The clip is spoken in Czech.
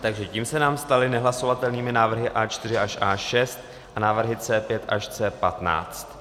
Takže tím se nám staly nehlasovatelnými návrhy A4 až A6 a návrhy C5 až C15.